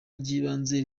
ry’ibanze